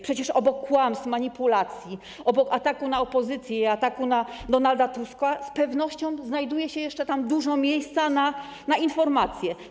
Przecież obok kłamstw, manipulacji, obok ataku na opozycję i ataku na Donalda Tuska z pewnością znajduje się jeszcze tam dużo miejsca na informacje.